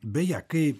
beje kai